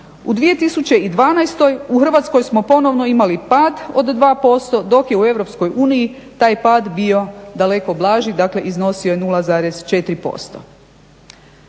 U 2012. u Hrvatskoj smo ponovno imali pad od 2% dok je u EU taj pad bio daleko blaži, dakle iznosio je 0,4%.